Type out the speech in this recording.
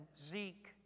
Zeke